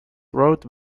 road